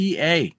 PA